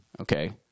Okay